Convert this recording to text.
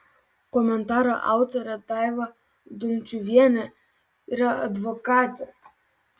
komentaro autorė daiva dumčiuvienė yra advokatė